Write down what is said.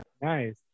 nice